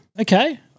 Okay